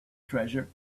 treasure